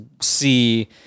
see